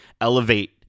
elevate